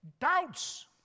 doubts